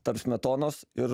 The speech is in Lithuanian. tarp smetonos ir